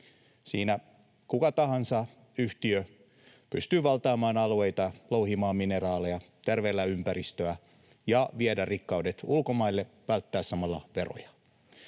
Siinä kuka tahansa yhtiö pystyy valtaamaan alueita, louhimaan mineraaleja, tärvelemään ympäristöä, viemään rikkaudet ulkomaille ja välttämään samalla veroja.